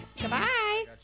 Goodbye